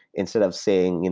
instead of saying, and